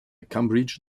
cambridge